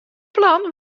plan